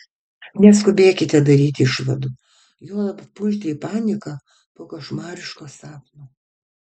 neskubėkite daryti išvadų juolab pulti į paniką po košmariško sapno